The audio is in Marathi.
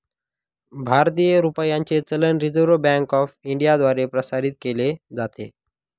भारतीय रुपयाचे चलन रिझर्व्ह बँक ऑफ इंडियाद्वारे प्रसारित केले जाते